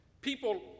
People